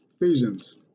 Ephesians